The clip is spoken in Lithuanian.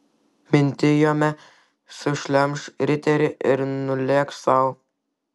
mintijome sušlemš riterį ir nulėks sau